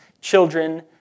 children